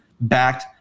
backed